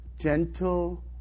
gentle